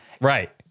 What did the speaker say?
right